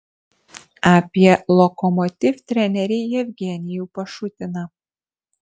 apie lokomotiv trenerį jevgenijų pašutiną